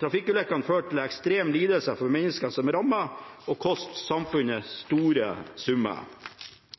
Trafikkulykkene fører til ekstreme lidelser for menneskene som rammes, og koster samfunnet store summer.